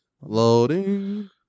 Loading